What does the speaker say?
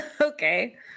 Okay